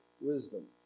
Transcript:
wisdom